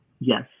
Yes